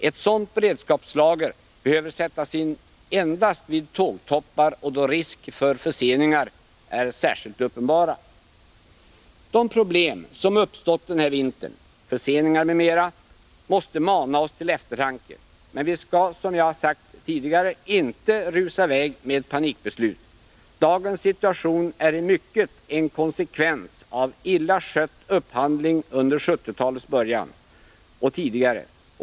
Ett sådant beredskapslager behöver sättas in endast vid tågtoppar och då risk för förseningar är särskilt uppenbar. De problem som uppstått denna vinter — förseningar m.m. — måste mana oss till eftertanke. Men vi skall, som jag har sagt tidigare, inte rusa i väg med panikbeslut. Dagens situation är i mycket en konsekvens av illa skött upphandling under 1970-talets början och tidigare.